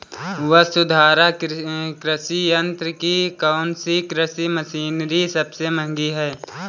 वसुंधरा कृषि यंत्र की कौनसी कृषि मशीनरी सबसे महंगी है?